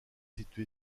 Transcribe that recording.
situé